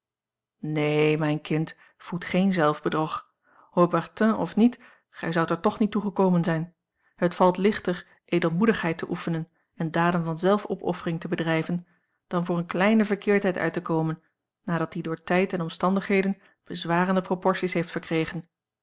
neen mijn kind voed geen zelfbedrog haubertin of niet gij zoudt er toch niet toe gekomen zijn het valt lichter edelmoedigheid te oefenen en daden van zelfopoffering te bedrijven dan voor eene kleine verkeerdheid uit te komen nadat die door tijd en omstandigheden bezwarende proporties heeft verkregen